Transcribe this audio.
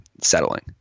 settling